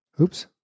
Oops